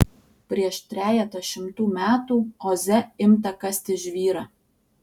prieš trejetą šimtų metų oze imta kasti žvyrą